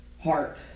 Heart